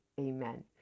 Amen